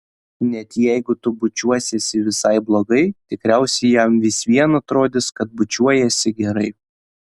net jeigu tu bučiuosiesi visai blogai tikriausiai jam vis vien atrodys kad bučiuojiesi gerai